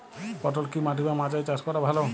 পটল কি মাটি বা মাচায় চাষ করা ভালো?